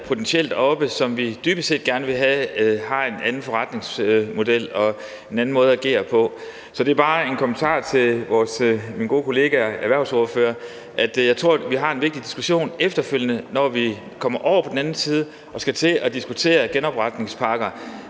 industrier oppe, som vi dybest set gerne vil have har en anden forretningsmodel og en anden måde at agere på. Så det er bare en kommentar til mine gode kolleger erhvervsordførere om, at jeg tror, vi har en vigtig diskussion efterfølgende, når vi kommer over på den anden side og skal til at diskutere genopretningspakker,